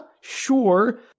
sure